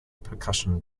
percussion